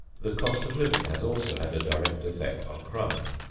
the cost of living has also had a direct effect on crime.